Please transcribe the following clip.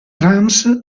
rams